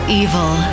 evil